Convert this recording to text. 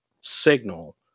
signal